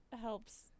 helps